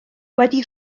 wedi